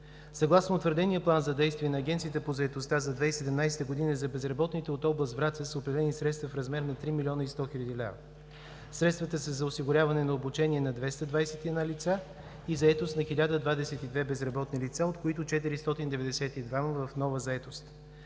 Съгласно утвърдения план за действие на Агенцията по заетостта за 2017 г. за безработните от област Враца са определени средства в размер на 3 млн. и 100 хил. лв. Средствата са за осигуряване на обучение на 221 лица и заетост на 1022 безработни лица, от които 492 в нова заетост.